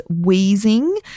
wheezing